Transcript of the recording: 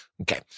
Okay